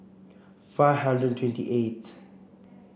five hundred and twenty eighth